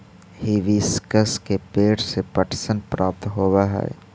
hibiscus के पेंड़ से पटसन प्राप्त होव हई